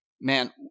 man